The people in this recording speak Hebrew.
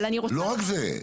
לא רק זה.